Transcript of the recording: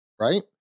right